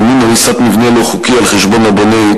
מימון הריסת מבנה לא חוקי על חשבון הבונה),